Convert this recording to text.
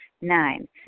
Nine